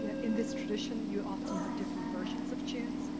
in this tradition, you often have different versions of tunes,